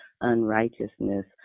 unrighteousness